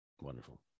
Wonderful